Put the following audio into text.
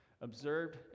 observed